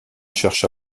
cherche